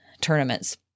tournaments